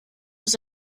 ist